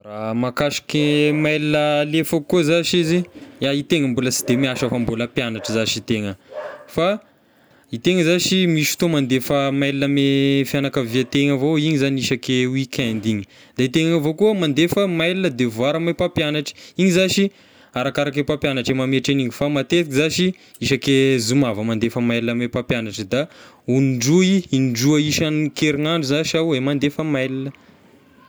Mahakasiky e mail alefako koa zashy izy, iahy e tegny mbola sy de miasa fa mbola mpianatry zashy e tegna fa e tegna zashy misy fotoa mandefa mail ame fianakaviategna avao, igny zagny isaky weekend igny, da e tegna avao koa mandefa mail devoir ame mpampianatry, igny zashy arakaraky e mpampianatry mametra an'igny fa matety zashy isaky zoma vao mandefa mail ame mpampianatra da on-droy in-droy isan-kerignandro zashy iaho e mandefa mail.